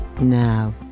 Now